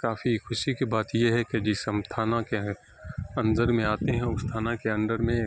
کافی خوشی کی بات یہ ہے کہ جس ہم تھانہ کے ہیں اندر میں آتے ہیں اس تھانہ کے انڈر میں